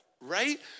right